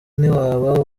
ntiwaba